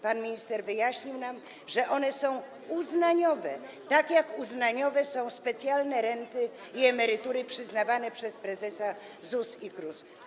Pan minister wyjaśnił nam, że one są uznaniowe, tak jak uznaniowe są specjalne renty i emerytury przyznawane przez prezesów ZUS i KRUS.